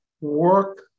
work